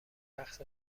رقص